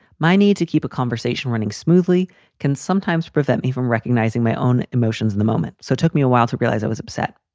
my need to keep a conversation running smoothly can sometimes prevent me from recognizing my own emotions in the moment. so took me a while to realize i was upset.